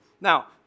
Now